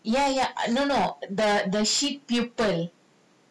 ya ya no no the the shit pupil